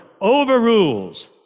overrules